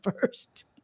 first